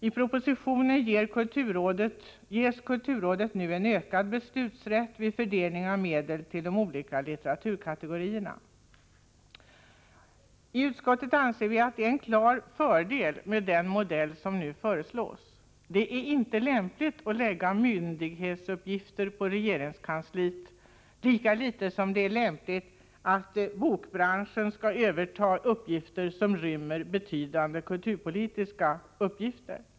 I propositionen ges kulturrådet en ökad beslutsrätt vid fördelning av medel till de olika litteraturkategorierna. I utskottsmajoriteten anser vi att det finns klara fördelar med den modell som nu föreslås. Det är inte lämpligt att lägga myndighetsuppgifter på regeringskansliet, lika litet som det är lämpligt att bokbranschen skall överta uppgifter som till betydande del är kulturpolitiska.